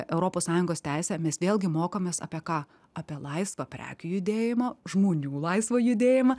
europos sąjungos teisę mes vėlgi mokomės apie ką apie laisvą prekių judėjimą žmonių laisvą judėjimą